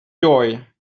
joy